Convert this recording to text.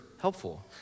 helpful